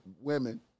women